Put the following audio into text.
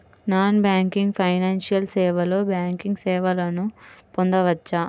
Non banking financial సేవలో banking సేవలను పొందవచ్చా?